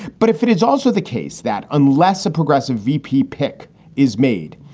but if it is also the case that unless a progressive vp pick is made,